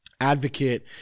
advocate